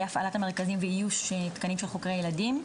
הפעלת המרכזים ואיוש תקנים של חוקרי ילדים.